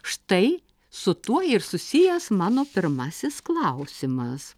štai su tuo ir susijęs mano pirmasis klausimas